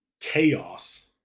chaos